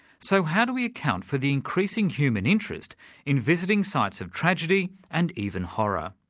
so how do we account for the increasing human interest in visiting sites of tragedy and even horror?